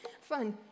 Fun